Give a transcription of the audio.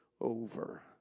over